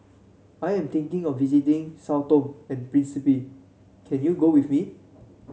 I am thinking of visiting Sao Tome and Principe can you go with me